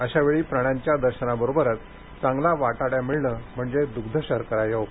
अश्या वेळी प्राण्यांच्या दर्शना बरोबरच चांगला वाटाड्या मिळणं म्हणजे दुग्धशर्करा योग